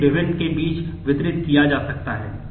इसे विभिन्न के बीच वितरित किया जा सकता है